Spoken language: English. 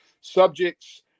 subjects